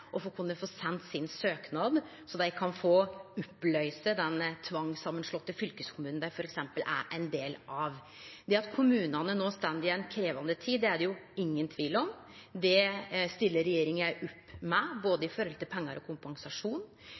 kunne få sendt søknaden sin, så dei kan få oppløyse f.eks. den tvangssamanslåtte fylkeskommunen dei er ein del av. Det at kommunane no står i ei krevjande tid, er det ingen tvil om. Der stiller regjeringa opp, både når det gjeld pengar og kompensasjon.